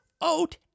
oat